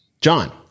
John